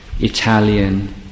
Italian